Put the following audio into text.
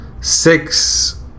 six